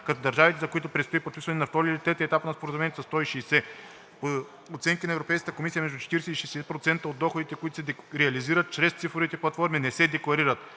като държавите, за които предстои подписване на втори или на трети етап на Споразумението, са 160. По оценка на Европейската комисия между 40 и 60% от доходите, които се реализират чрез цифровите платформи, не се декларират.